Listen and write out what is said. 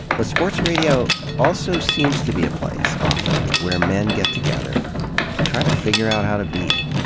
but sports radio also seems to be a place, often, where men get together to try to figure out how to be.